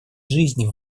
жизни